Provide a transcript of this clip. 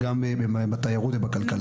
וגם בתיירות ובכלכלה.